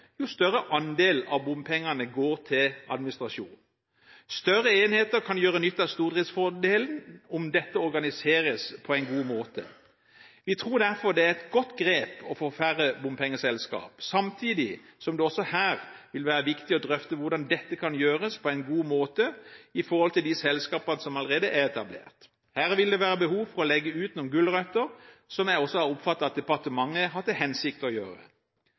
jo større andel av bompengene går til administrasjon. Større enheter kan gjøre nytte av stordriftsfordelen, om dette organiseres på en god måte. Jeg tror derfor det er et godt grep å få færre bompengeselskaper, samtidig som det også her vil være viktig å drøfte hvordan dette kan gjøres på en god måte for de selskapene som allerede er etablert. Her vil det være behov for å legge ut noen gulrøtter, som jeg også har oppfattet at departementet har til hensikt å gjøre.